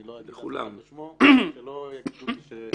אני לא אנקוב כאן בשמות, שלא יחשבו --- לכולם.